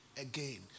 again